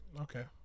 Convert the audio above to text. Okay